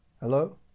hello